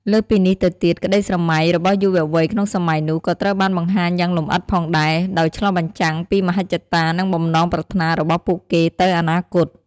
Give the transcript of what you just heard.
លើសពីនេះទៅទៀត ក្ដីស្រមៃ របស់យុវវ័យក្នុងសម័យនោះ ក៏ត្រូវបានបង្ហាញយ៉ាងលម្អិតផងដែរ ដោយឆ្លុះបញ្ចាំងពីមហិច្ឆតា និងបំណងប្រាថ្នារបស់ពួកគេទៅអនាគត។